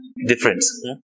Difference